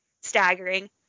staggering